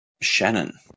Shannon